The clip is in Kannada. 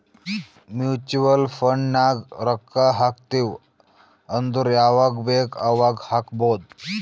ಮ್ಯುಚುವಲ್ ಫಂಡ್ ನಾಗ್ ರೊಕ್ಕಾ ಹಾಕ್ತಿವ್ ಅಂದುರ್ ಯವಾಗ್ ಬೇಕ್ ಅವಾಗ್ ಹಾಕ್ಬೊದ್